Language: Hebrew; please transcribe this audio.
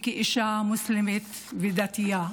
כאישה מוסלמית ודתייה.